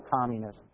communism